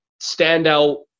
standout